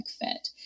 fit